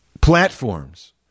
platforms